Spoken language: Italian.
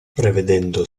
prevedendo